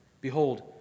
Behold